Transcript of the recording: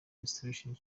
restoration